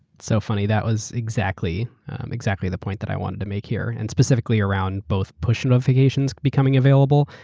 so funny. that was exactly exactly the point that i want to make here, and specifically around both push notifications becoming available,